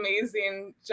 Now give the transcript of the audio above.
amazing